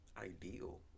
ideal